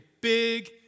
big